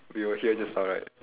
we were here just now right